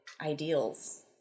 ideals